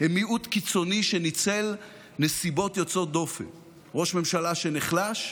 הם מיעוט קיצוני שניצל נסיבות יוצאות דופן: ראש ממשלה שנחלש,